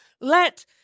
let